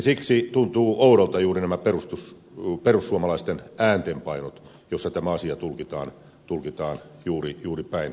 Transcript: siksi tuntuvat oudolta juuri nämä perussuomalaisten äänenpainot jossa tämä asia tulkitaan juuri päinvastoin